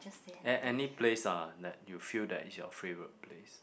an~ any place ah that you feel that is your favorite place